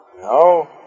No